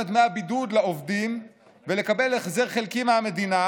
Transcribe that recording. את דמי הבידוד לעובדים ולקבל החזר חלקי מהמדינה,